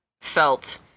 felt